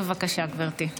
בבקשה, גברתי.